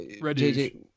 Reggie